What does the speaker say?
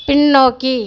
பின்னோக்கி